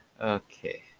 Okay